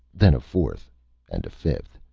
then a fourth and a fifth.